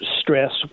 stress